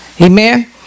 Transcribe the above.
Amen